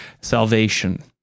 salvation